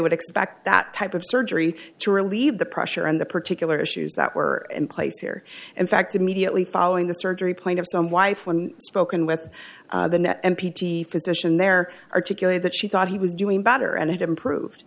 would expect that type of surgery to relieve the pressure on the particular issues that were in place here in fact immediately following the surgery plaintiff's own wife when spoken with the net m p t physician there articulate that she thought he was doing better and it improved